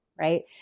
Right